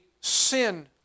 sin